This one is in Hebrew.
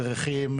מדריכים,